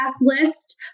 list